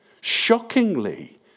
Shockingly